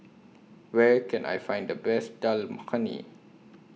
Where Can I Find The Best Dal Makhani